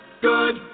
good